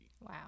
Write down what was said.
Wow